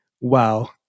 Wow